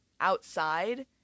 outside